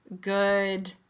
good